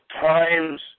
times